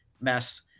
mess